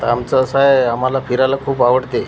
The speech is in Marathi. आता आमचं असं आहे आम्हाला फिरायला खूप आवडते